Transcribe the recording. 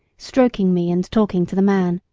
stroking me and talking to the man.